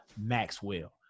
Maxwell